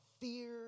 fear